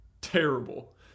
terrible